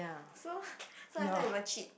so so last time we will cheat